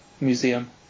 museum